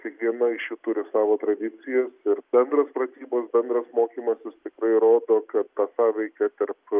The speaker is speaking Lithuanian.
kiekviena iš jų turi savo tradicijų ir bendros pratybos bendras mokymasis tikrai rodo kad tą sąveiką tarp